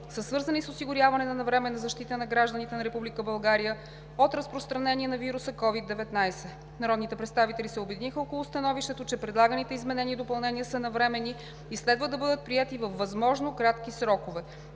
са свързани с осигуряване на навременна защита на гражданите на Република България от разпространение на вируса COVID-19. Народните представители се обединиха около становището, че предлаганите изменения и допълнения са навременни и следва да бъдат приети във възможно кратки срокове.